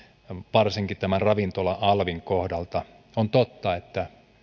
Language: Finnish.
tämän ravintola alvin kohdalla on totta että